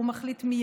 הוא מחליט מיידית